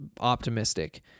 optimistic